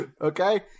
Okay